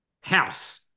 house